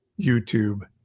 YouTube